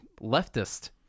leftist